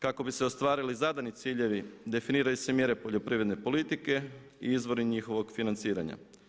Kako bi se ostvariti zadani ciljevi definiraju se mjere poljoprivredne politike i izvori njihovog financiranja.